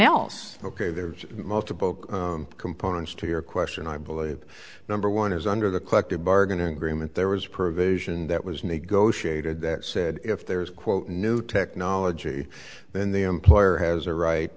else ok there's multiple components to your question i believe number one is under the collective bargaining agreement there was a provision that was negotiated that said if there is quote new technology then the employer has a right